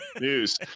news